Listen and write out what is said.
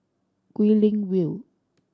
Guilin View